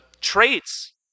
traits